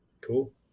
Cool